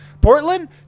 Portland